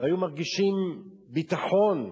והיו מרגישים ביטחון.